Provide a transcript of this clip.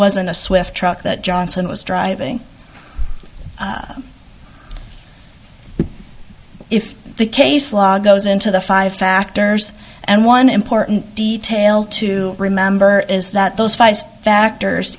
wasn't a swift truck that johnson was driving if the case law goes into the five factors and one important detail to remember is that those five factors